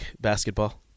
basketball